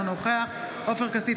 אינו נוכח עופר כסיף,